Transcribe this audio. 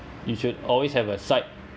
you should always have a side